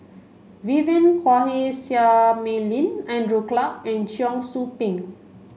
Vivien Quahe Seah Mei Lin Andrew Clarke and Cheong Soo Pieng